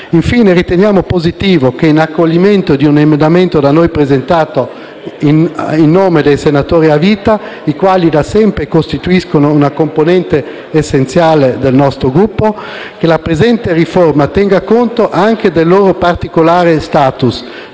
Infine, riteniamo positivo che, in accoglimento di un emendamento da noi presentato in nome dei senatori a vita - i quali da sempre costituiscono una componente essenziale del nostro Gruppo - la presente riforma tenga conto anche del loro particolare *status*,